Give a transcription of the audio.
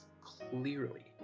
clearly